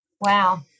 Wow